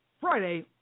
Friday